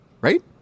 right